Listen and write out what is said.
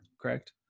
Correct